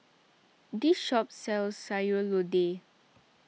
this shop sells Sayur Lodeh